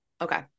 okay